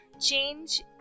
Change